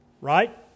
Right